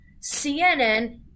CNN